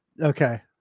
okay